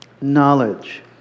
knowledge